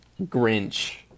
Grinch